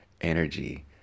energy